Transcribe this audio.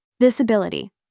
Visibility